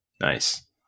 nice